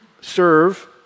serve